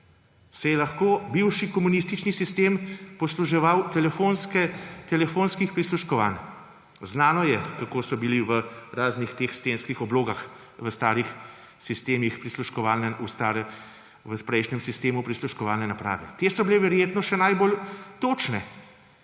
se je lahko bivši komunistični sistem posluževal telefonskih prisluškovanj. Znano je, kako so bili v raznih teh stenskih oblogah v prejšnjem sistemu prisluškovalne naprave. Te so bile verjetno še najbolj točne,